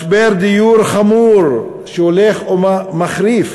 משבר דיור חמור, שהולך ומחריף.